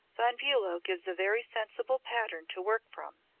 von bulow gives a very sensible pattern to work from,